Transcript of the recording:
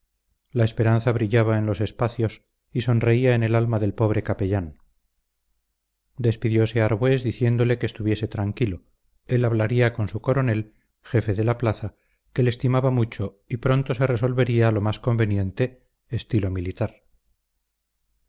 la esperanza brillaba en los espacios y sonreía en el alma del pobre capellán despidiose arbués diciéndole que estuviese tranquilo él hablaría con su coronel jefe de la plaza que le estimaba mucho y pronto se resolvería lo más conveniente